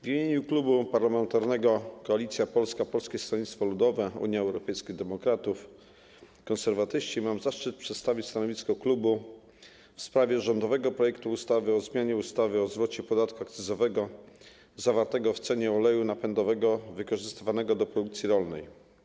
W imieniu Klubu Parlamentarnego Koalicja Polska - Polskie Stronnictwo Ludowe, Unia Europejskich Demokratów, Konserwatyści mam zaszczyt przedstawić stanowisko klubu w sprawie rządowego projektu ustawy o zmianie ustawy o zwrocie podatku akcyzowego zawartego w cenie oleju napędowego wykorzystywanego do produkcji rolnej.